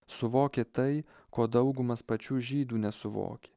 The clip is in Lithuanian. suvokė tai ko daugumas pačių žydų nesuvokė